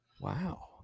Wow